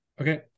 Okay